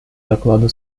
докладу